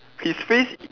his face